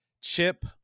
Chip